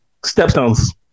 Stepstones